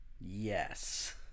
Yes